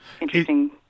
interesting